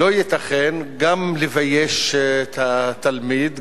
לא ייתכן גם לבייש את התלמיד,